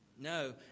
No